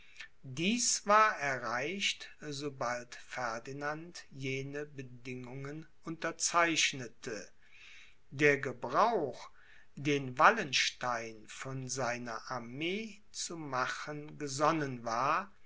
dies war erreicht sobald ferdinand jene bedingungen unterzeichnete der gebrauch den wallenstein von seiner armee zu machen gesonnen war